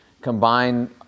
combine